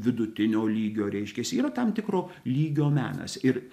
vidutinio lygio reiškiasi yra tam tikro lygio menas ir